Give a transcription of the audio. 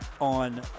on